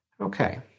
Okay